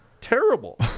terrible